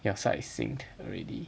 your side synced already